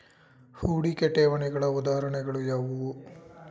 ಹೂಡಿಕೆ ಠೇವಣಿಗಳ ಉದಾಹರಣೆಗಳು ಯಾವುವು?